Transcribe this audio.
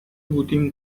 بودیم